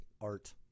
art